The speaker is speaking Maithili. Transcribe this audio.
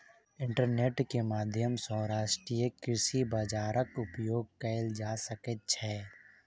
इंटरनेट के माध्यम सॅ राष्ट्रीय कृषि बजारक उपयोग कएल जा सकै छै